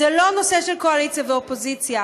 זה לא נושא של קואליציה ואופוזיציה.